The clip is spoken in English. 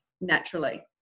naturally